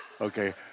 okay